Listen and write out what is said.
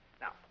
Now